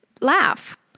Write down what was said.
laugh